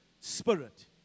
spirit